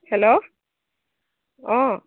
hello অ